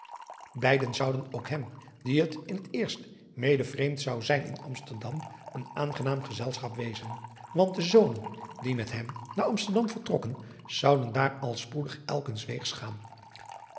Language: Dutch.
eiden zouden ook hem dien het in het eerst mede vreemd zou zijn in msterdam een aangenaam gezelschap wezen want de zonen die met hem naar msterdam vertrokken zouden daar al spoedig elk huns weegs gaan